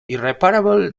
irreparable